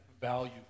value